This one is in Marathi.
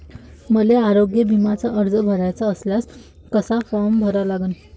मले आरोग्य बिम्याचा अर्ज भराचा असल्यास कसा भरा लागन?